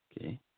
okay